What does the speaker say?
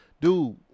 dude